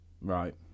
Right